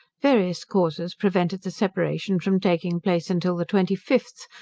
various causes prevented the separation from taking place until the twenty fifth,